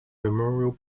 memorial